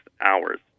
hours